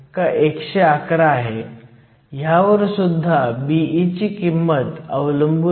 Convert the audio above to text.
तर Dh मी या बाजूला लिहीन